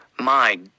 My